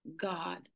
God